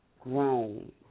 grown